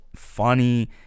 funny